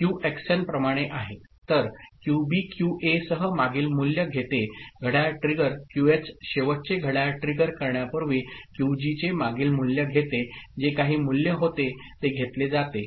Qxn प्रमाणे आहे तर QB QA सह मागील मूल्य घेते घड्याळ ट्रिगर QH शेवटचे घड्याळ ट्रिगर करण्यापूर्वी QG चे मागील मूल्य घेते जे काही मूल्य होते ते घेतले जाते